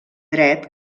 dret